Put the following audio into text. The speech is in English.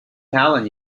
helen